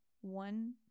one